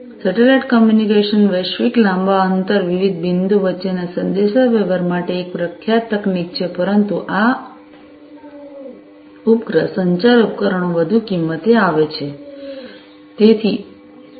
satellite communication વૈશ્વિક લાંબા અંતર વિવિધ બિંદુઓ વચ્ચેના સંદેશાવ્યવહાર માટે એક પ્રખ્યાત તકનીક છે પરંતુ આ ઉપગ્રહ સંચાર ઉપકરણો વધુ કિંમતે આવે છે